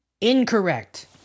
Incorrect